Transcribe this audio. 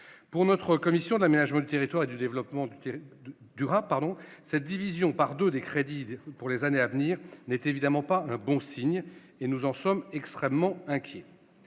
Pour la commission de l'aménagement du territoire et du développement durable, cette division par deux des crédits pour les années à venir n'est évidemment pas un bon signe ; nous en sommes extrêmement inquiets.